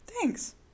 Thanks